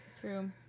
True